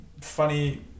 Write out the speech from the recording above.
funny